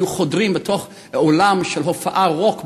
היו חודרים לאולם של הופעת רוק בישראל,